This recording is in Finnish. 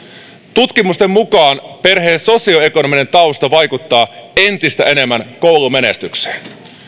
tutkimusten mukaan perheen sosioekonominen tausta vaikuttaa entistä enemmän koulumenestykseen